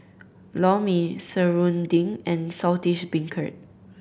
Lor Mee serunding and Saltish Beancurd